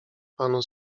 panu